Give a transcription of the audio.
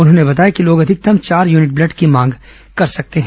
उन्होंने बताया कि लोग अधिकतम चार यूनिट ब्लड की मांग कर सकते हैं